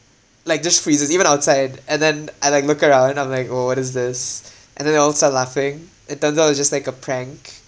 like just freezes even outside and then I like look around and I'm like oh what is this and then they all start laughing it turns out it's just like a prank